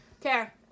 Care